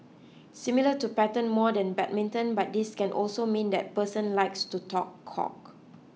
similar to pattern more than badminton but this can also mean that person likes to talk cock